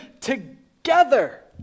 together